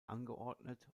angeordnet